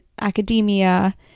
academia